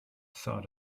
thought